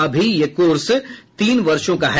अभी यह कोर्स तीन वर्षो का है